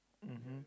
mmhmm